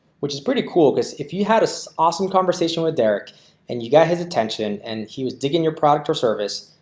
which is pretty cool because if you had an so awesome conversation with derek and you got his attention and he was digging your product or service.